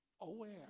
aware